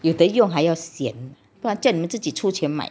有得用还有想叫你们自己出钱买